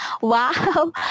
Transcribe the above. wow